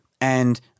and-